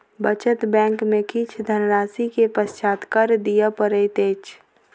बचत बैंक में किछ धनराशि के पश्चात कर दिअ पड़ैत अछि